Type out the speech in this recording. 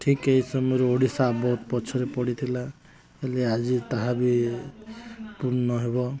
ଠିକ୍ ଏଇ ସମୟରେ ଓଡ଼ିଶା ବହୁତ ପଛରେ ପଡ଼ିଥିଲା ହେଲେ ଆଜି ତାହା ବି ପୂର୍ଣ୍ଣ ହେବ